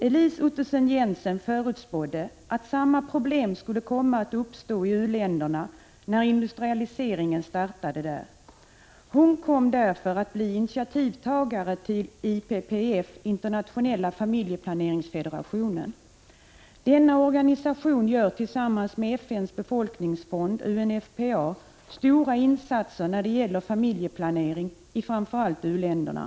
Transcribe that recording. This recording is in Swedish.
Elise Ottesen-Jensen förutspådde att samma problem skulle komma att uppstå i u-länderna när industrialiseringen startade där. Hon kom därför att bli initiativtagare till IPPF . Denna organisation gör tillsammans med FN:s befolkningsfond stora insatser när det gäller familjeplanering i framför allt u-länderna.